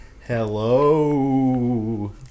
Hello